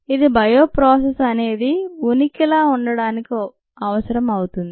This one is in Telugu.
ఇది బయో ప్రాసెస్ అనేది ఉనికిల ఉండటానికే అవసరం అవుతుంది